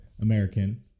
American